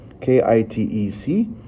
k-i-t-e-c